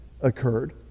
occurred